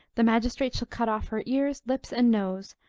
the magistrate shall cut off her ears, lips and nose,